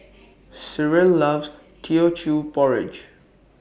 Cyril loves Teochew Porridge